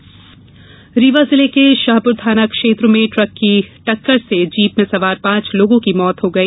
दुर्घटना रीवा जिले के शाहपुर थाना क्षेत्र में ट्रक की टक्कर से जीप में सवार पांच लोगों की मौत हो गई